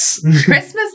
Christmas